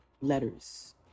letters